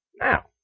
Now